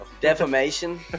Defamation